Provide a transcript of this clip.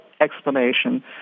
explanation